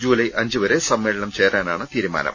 July അഞ്ചുവരെ സമ്മേളനം ചേരാനാണ് തീരുമാനം